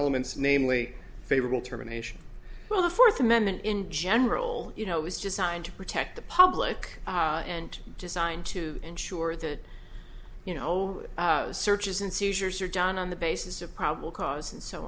elements namely favorable terminations well the fourth amendment in general you know is just signed to protect the public and designed to ensure that you know searches and seizures are john on the basis of probable cause and so